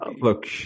Look